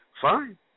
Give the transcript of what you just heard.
fine